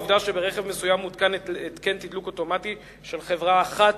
העובדה שברכב מסוים מותקן התקן תדלוק אוטומטי של חברה אחת,